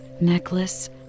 necklace